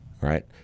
right